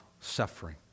suffering